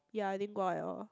ya I didn't go out at all